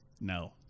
No